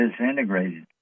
disintegrated